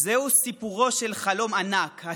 זהו סיפורו של חלום ענק,